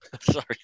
sorry